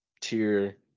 tier